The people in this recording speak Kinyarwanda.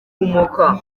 kumoka